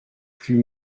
plus